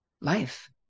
life